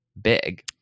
big